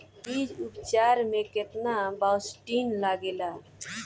बीज उपचार में केतना बावस्टीन लागेला?